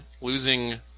losing